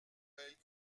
fekl